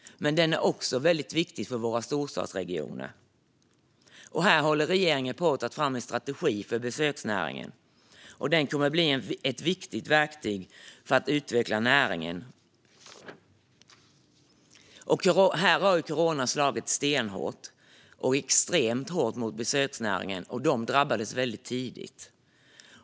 Men besöksnäringen är också viktig för våra storstadsregioner. Regeringen håller på att ta fram en strategi för besöksnäringen som kommer att bli ett viktigt verktyg för att utveckla näringen. Corona har slagit stenhårt mot besöksnäringen, som drabbades väldigt tidigt.